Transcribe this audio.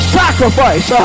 sacrifice